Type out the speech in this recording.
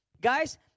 Guys